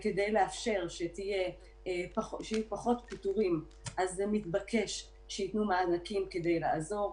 כדי להביא לכך שיהיו פחות פיטורין זה מתבקש שיתנו מענקים כדי לעזור.